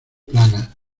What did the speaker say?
plana